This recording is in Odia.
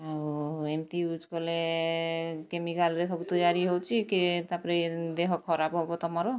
ଆଉ ଏମିତି ୟୁଜ୍ କଲେ କେମିକାଲରେ ସବୁ ତିଆରି ହେଉଛି କିଏ ତା'ପରେ ଦେହ ଖରାପ ହେବ ତୁମର